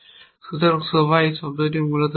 সুতরাং সবাই এই শব্দটি মূলত ব্যবহার করে